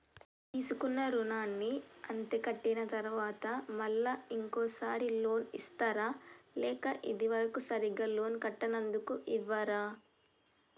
తీసుకున్న రుణాన్ని అత్తే కట్టిన తరువాత మళ్ళా ఇంకో సారి లోన్ ఇస్తారా లేక ఇది వరకు సరిగ్గా లోన్ కట్టనందుకు ఇవ్వరా?